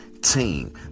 team